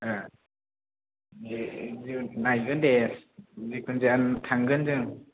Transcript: ए नायगोन दे जिखुनजाया थांगोन जों